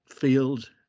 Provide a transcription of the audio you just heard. field